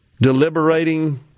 deliberating